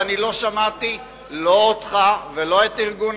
ואני לא שמעתי לא אותך ולא את ארגון